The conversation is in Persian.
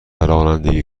رانندگی